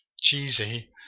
cheesy